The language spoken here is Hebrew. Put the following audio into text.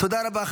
תודה רבה.